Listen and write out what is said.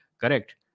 correct